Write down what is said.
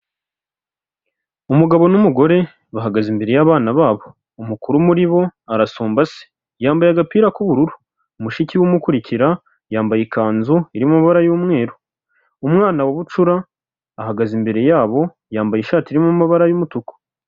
Umugabo n'umugore bahagaze imbere y'abana babo, umukuru muri bo arasumba se, yambaye agapira k'ubururu, mushiki we umukurikira yambaye ikanzu iri mu mabara y'umweru, umwana wa bucura ahagaze imbere yabo yambaye ishati irimo amabara y'umutuku.